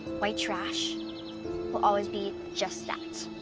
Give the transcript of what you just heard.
white trash will always be just that.